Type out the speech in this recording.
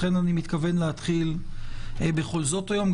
לכן אני מתכוון להתחיל בכל זאת היום.